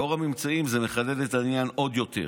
לאור הממצאים זה מחדד את העניין עוד יותר,